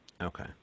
okay